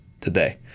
today